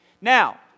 Now